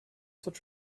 such